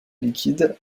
liquide